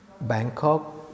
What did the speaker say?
Bangkok